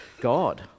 God